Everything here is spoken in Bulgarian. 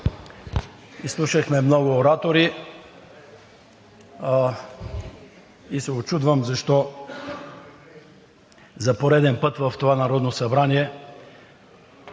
Изслушахме много оратори и се учудвам защо за пореден път в това Народно събрание